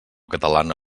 catalana